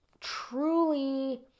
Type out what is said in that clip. truly